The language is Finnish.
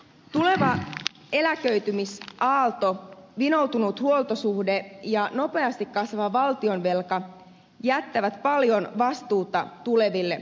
tuleva eläköitymisaalto vinoutunut huoltosuhde ja nopeasti kasvava valtionvelka jättävät paljon vastuuta tuleville sukupolville